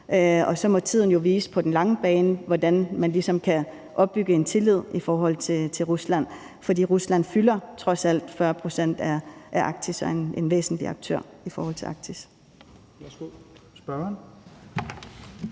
og så må tiden jo vise, hvordan man på den lange bane ligesom kan opbygge en tillid i forhold til Rusland, for Rusland fylder trods alt 40 pct. af Arktis og er en væsentlig aktør i forhold til Arktis.